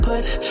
Put